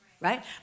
right